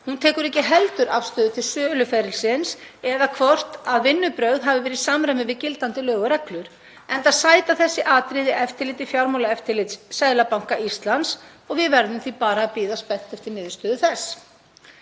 Hún tekur ekki heldur afstöðu til söluferilsins eða hvort vinnubrögð hafi verið í samræmi við gildandi lög og reglur, enda sæta þau atriði eftirliti Fjármálaeftirlits Seðlabanka Íslands og við verðum því bara að bíða spennt eftir niðurstöðu þess.